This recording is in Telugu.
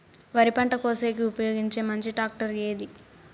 వరి పంట కోసేకి ఉపయోగించే మంచి టాక్టర్ ఏది?